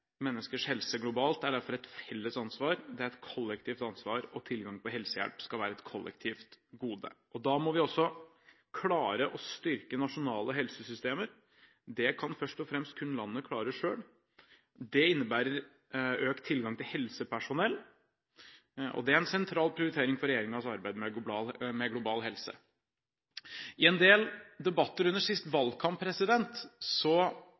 Menneskers helse globalt er derfor et felles ansvar, det er et kollektivt ansvar, og tilgang på helsehjelp skal være et kollektivt gode. Da må vi også klare å styrke nasjonale helsesystemer. Det kan først og fremst kun landet selv klare. Det innebærer økt tilgang til helsepersonell – og det er en sentral prioritering for regjeringens arbeid med global helse. I en del debatter under